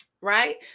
Right